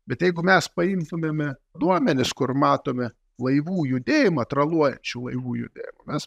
bet jeigu mes paimtumėme duomenis kur matome laivų judėjimą traluojančių laivų judėjimą mes